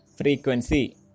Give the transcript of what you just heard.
frequency